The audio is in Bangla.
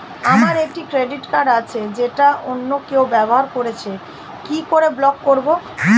আমার একটি ক্রেডিট কার্ড আছে যেটা অন্য কেউ ব্যবহার করছে কি করে ব্লক করবো?